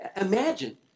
Imagine